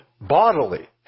bodily